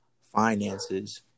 finances